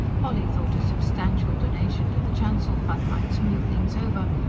polly thought a substantial donation to the chancel-fund might smooth things over,